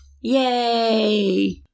Yay